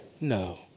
No